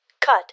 cut